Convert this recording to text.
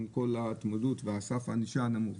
אגב, אם הטלתם עליהם 45, קיבלתם את הכסף?